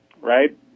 right